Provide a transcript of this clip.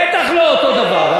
בטח לא אותו דבר.